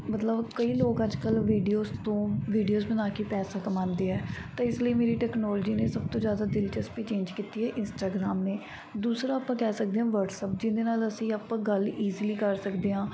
ਮਤਲਬ ਕਈ ਲੋਕ ਅੱਜ ਕੱਲ੍ਹ ਵੀਡੀਓਸ ਤੋਂ ਵੀਡੀਓਸ ਬਣਾ ਕੇ ਪੈਸਾ ਕਮਾਉਂਦੇ ਹੈ ਅਤੇ ਇਸ ਲਈ ਮੇਰੀ ਟੈਕਨੋਲਜੀ ਨੇ ਸਭ ਤੋਂ ਜ਼ਿਆਦਾ ਦਿਲਚਸਪੀ ਚੇਂਜ ਕੀਤੀ ਹੈ ਇੰਸਟਾਗ੍ਰਾਮ ਨੇ ਦੂਸਰਾ ਆਪਾਂ ਕਹਿ ਸਕਦੇ ਹਾਂ ਵਟਸਅੱਪ ਜਿਹਦੇ ਨਾਲ ਅਸੀਂ ਆਪਾਂ ਗੱਲ ਈਜਲੀ ਕਰ ਸਕਦੇ ਹਾਂ